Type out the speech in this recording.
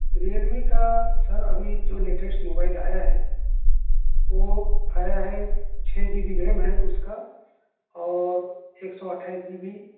Realme کا sir ابھی جو لیٹسٹ موبائل آیا ہے وہ آیا ہے چھ جی بی ریم ہے اس کا اور ایک سو اٹھائیس جی بی